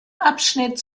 abschnitt